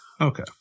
Okay